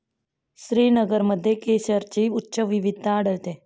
श्रीनगरमध्ये केशरची उच्च विविधता आढळते